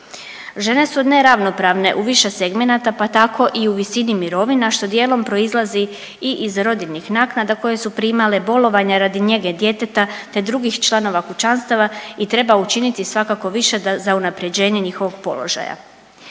Žene su neravnopravne u više segmenata, pa tako i u visini mirovina što dijelom proizlazi i iz rodiljnih naknada koje su primale, bolovanja radi njege djeteta, te drugih članova kućanstava i treba učiniti svakako više za unaprjeđenje njihovog položaja.